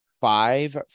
five